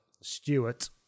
Stewart